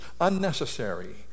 unnecessary